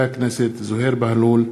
הכנסת זוהיר בהלול,